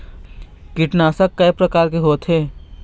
कीटनाशक कय प्रकार के होथे?